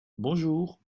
bonjour